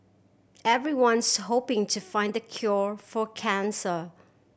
everyone's hoping to find the cure for cancer